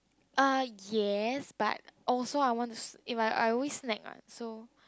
uh yes but also I want to s~ if I I always snack what so